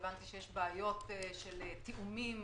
והבנתי שיש בעיות של תיאומים